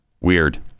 Weird